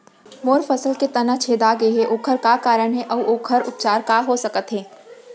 मोर फसल के तना छेदा गेहे ओखर का कारण हे अऊ ओखर उपचार का हो सकत हे?